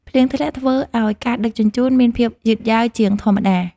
ភ្លៀងធ្លាក់ធ្វើឱ្យការដឹកជញ្ជូនមានភាពយឺតយ៉ាវជាងធម្មតា។